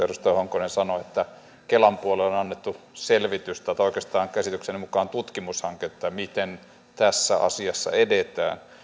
edustaja honkonen sanoi kelan puolelle on annettu selvitystä tai oikeastaan käsitykseni mukaan tutkimushanketta miten tässä asiassa edetään